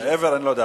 מעבר, אני לא יודע.